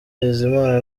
bizimana